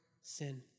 sin